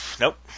Nope